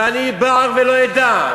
ואני בער ולא אדע,